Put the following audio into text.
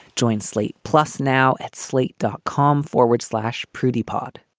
join slate plus now at slate dot com forward slash prudy pod